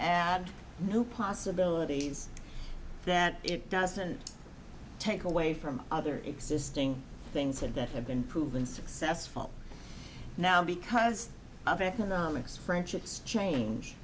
add new possibilities that it doesn't take away from other existing things had that have been proven successful now because of economics french exchange